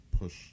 push